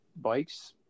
bikes